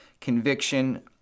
conviction